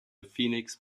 phoenix